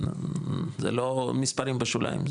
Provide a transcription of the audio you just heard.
זה לא מספרים בשוליים,